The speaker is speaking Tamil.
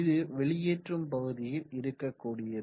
இது வெளியேற்றும் பகுதியில் இருக்க கூடியது